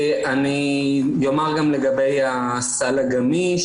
אומר גם לגבי הסל הגמיש.